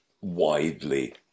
widely